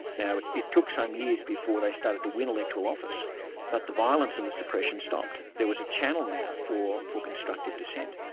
now it it took some years before they started to win electoral office but the violence and the suppression stopped. there was a channel now for for constructive dissent,